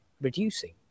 reducing